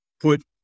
put